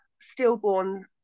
stillborn